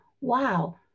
wow